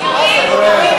נשים.